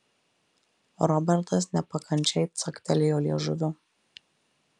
robertas nepakančiai caktelėjo liežuviu